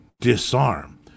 disarm